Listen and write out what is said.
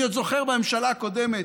אני עוד זוכר מהממשלה הקודמת,